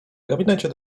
gabinecie